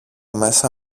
μέσα